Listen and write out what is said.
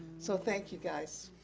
so, thank you guys.